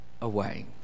away